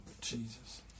Jesus